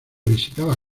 visitaba